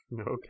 Okay